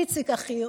איציק אחי,